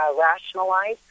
rationalize